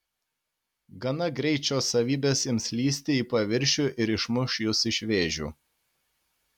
gana greit šios savybės ims lįsti į paviršių ir išmuš jus iš vėžių